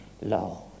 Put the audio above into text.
law